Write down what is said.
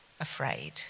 afraid